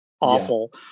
awful